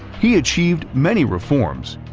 he achieved many reforms,